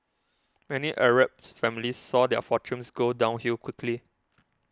many Arab families saw their fortunes go downhill quickly